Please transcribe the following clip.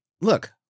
look